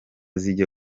zijya